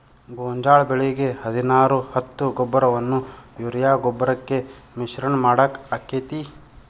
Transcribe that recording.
ಗೋಂಜಾಳ ಬೆಳಿಗೆ ಹದಿನಾರು ಹತ್ತು ಗೊಬ್ಬರವನ್ನು ಯೂರಿಯಾ ಗೊಬ್ಬರಕ್ಕೆ ಮಿಶ್ರಣ ಮಾಡಾಕ ಆಕ್ಕೆತಿ?